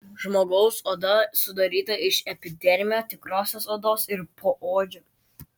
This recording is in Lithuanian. žmogaus oda sudaryta iš epidermio tikrosios odos ir poodžio